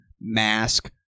mask